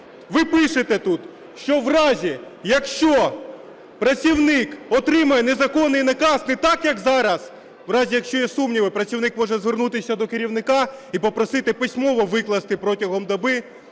Ви пишете тут, що в разі, якщо працівник отримає незаконний наказ, не так, як зараз, в разі, якщо є сумніви, працівник може звернутися до керівника і попросити письмово викласти протягом доби